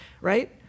right